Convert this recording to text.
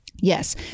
Yes